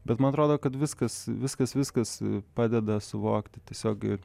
bet man atrodo kad viskas viskas viskas padeda suvokti tiesiog ir